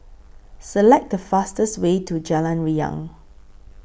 Select The fastest Way to Jalan Riang